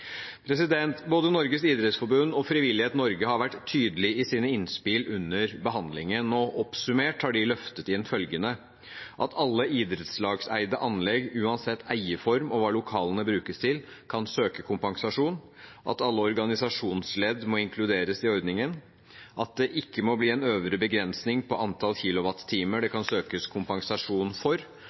Både Norges Idrettsforbund og Frivillighet Norge har vært tydelige i sine innspill under behandlingen. Oppsummert har de løftet inn følgende: at alle idrettslagseide anlegg, uansett eierform og hva lokalene brukes til, kan søke kompensasjon, at alle organisasjonsledd må inkluderes i ordningen, at det ikke må bli en øvre begrensning på antall kilowattimer det kan søkes kompensasjon for,